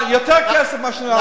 יותר כסף מאשר אתם נתתם.